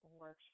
works